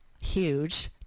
huge